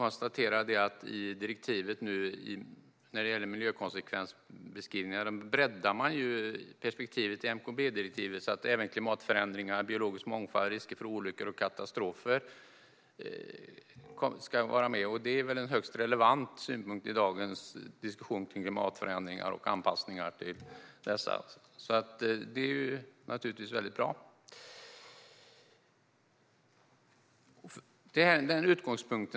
När det gäller miljökonsekvensbeskrivningar kan man även konstatera att perspektivet i MKB-direktivet breddas så att även klimatförändringar, biologisk mångfald och risker för olyckor och katastrofer är med. Detta är en högst relevant synpunkt i dagens diskussion kring klimatförändringar och anpassningar till dessa, så det är naturligtvis väldigt bra.